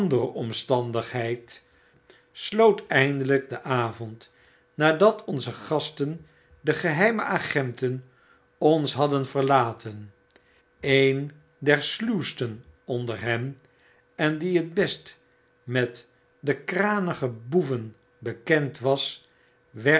omstandigheid sloot eindelyk den avond nadat onze gasten de geheime agenten ons hadden verlaten een der sluwsten onder hen en die het best met de kranige boeven bekend was werd